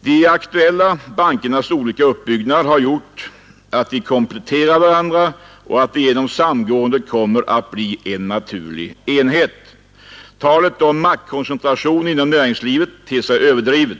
De aktuella bankernas olika uppbyggnad har gjort att de kompletterar varandra och att de genom samgåendet kommer att bilda en naturlig enhet. Talet om maktkoncentration inom näringslivet ter sig överdrivet.